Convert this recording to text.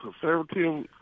Conservative